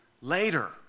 later